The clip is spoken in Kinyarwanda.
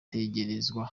kwemezwa